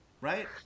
Right